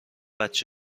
باش